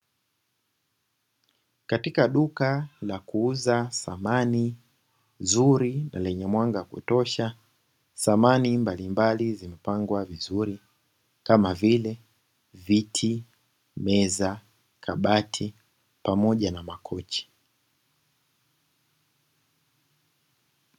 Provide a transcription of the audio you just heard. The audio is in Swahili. Katika duka la kuuza samani nzuri na lenye mwanga kutosha, samani mbalimbali zimepangwa vizuri, kama vile: viti, meza, kabati, pamoja na makochi.